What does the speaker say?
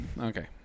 Okay